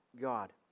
God